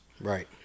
Right